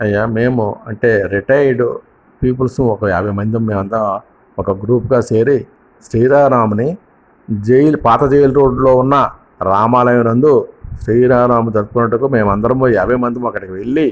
అయ్యా మేము అంటే రిటైర్డ్ పీపుల్ ఓక యాభై మంది మేమంతా ఒక గ్రూపుగా చేరి శ్రీరామ నవమిని జైలు పాత జైలు రోడ్డులో ఉన్న రామాలయం నందు శ్రీరామ నవమి జరుపుకొనుటకు మేమందరము యాభై మందిమి అక్కడికి వెళ్ళి